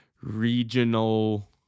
regional